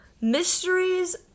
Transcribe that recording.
mysteries